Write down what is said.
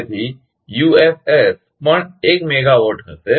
તેથી ussયુએસએસ પણ એક મેગાવાટ હશે